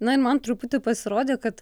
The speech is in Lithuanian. na ir man truputį pasirodė kad